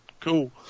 cool